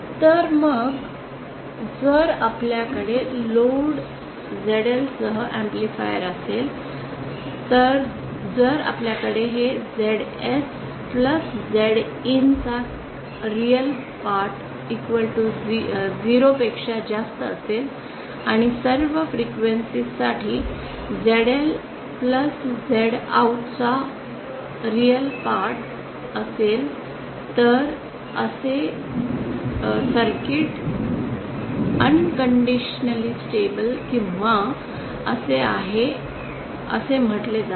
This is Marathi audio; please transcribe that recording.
तर मग जर आपल्याकडे लोड झेडएलसह ऍम्प्लिफायर असेल तर जर आपल्याकडे झेडएस प्लस झेड IN चा खरा भाग 0 पेक्षा जास्त असेल आणि सर्व फ्रिक्वेन्सीसाठी झेडएल प्लस झेड आऊटचा खरा भाग असेल तर असे सर्किट बिनशर्त स्थिर unconditionally stable किंवा असे आहे असे म्हटले जाते